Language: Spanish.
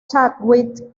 chadwick